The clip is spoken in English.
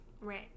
Right